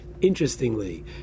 interestingly